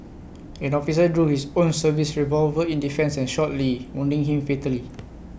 an officer drew his own service revolver in defence and shot lee wounding him fatally